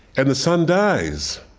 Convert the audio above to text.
and the son dies.